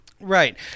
Right